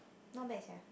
not bad sia